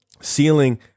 ceiling